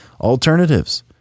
alternatives